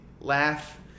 laugh